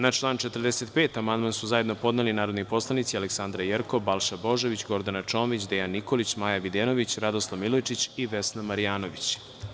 Na član 45. amandman su zajedno podneli narodni poslanici Aleksandra Jerkov, Balša Božović, Gordana Čomić, Dejan Nikolić, Maja Videnović, Radoslav Milojičić i Vesna Marjanović.